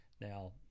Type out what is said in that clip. Now